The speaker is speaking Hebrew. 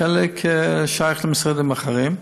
חלק שייכים למשרדים אחרים,